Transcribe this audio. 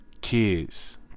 kids